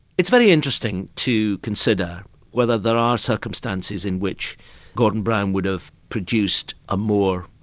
it's very interesting to consider whether there are circumstances in which gordon brown would have produced a more,